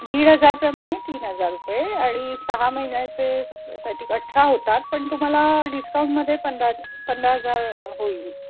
दीड हजाराप्रमाणे तीन हजार रुपये आणि सहा महिन्याचे साय त्रिक अठरा होतात पण तुम्हाला डिस्काउंटमध्ये पंधरा पंधरा हजार होईल